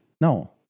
No